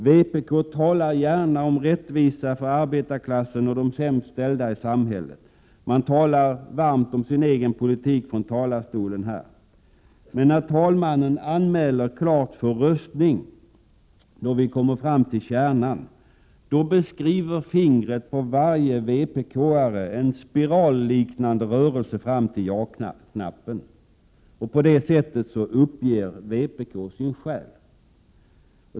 Vpk talar gärna om rättvisa för arbetarklassen och de sämst ställda i samhället. Man talar varmt från talarstolen om sin egen politik. Men när talmannen anmäler klart för röstning, då vi kommer fram till kärnan, då beskriver fingret på varje vpk-are en spiralliknande rörelse fram till ja-knappen. På det sättet uppger vpk sin själ.